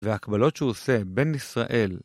והקבלות שהוא עושה בין ישראל